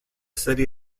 city